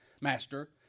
Master